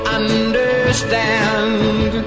understand